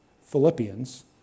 Philippians